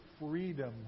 freedom